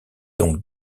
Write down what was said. donc